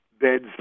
beds